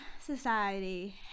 society